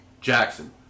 Jackson